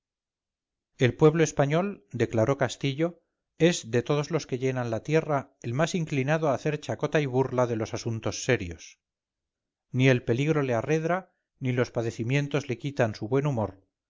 el pueblo español declaró castillo es de todos los que llenan la tierra el más inclinado a hacer chacota y burla de los asuntos serios ni el peligro le arredra ni los padecimientos le quitan su buen humor